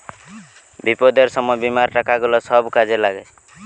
বিপদের সময় বীমার টাকা গুলা সব কাজে লাগে